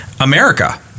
America